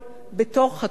בתחום הזה.